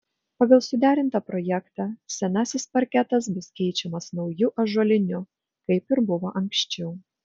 pagal suderintą projektą senasis parketas bus keičiamas nauju ąžuoliniu kaip ir buvo anksčiau